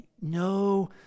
no